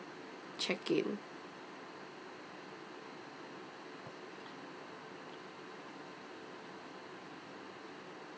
check in